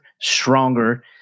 stronger